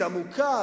עמוקה,